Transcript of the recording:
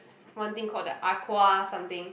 one thing called the aqua something